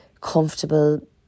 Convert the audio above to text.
comfortable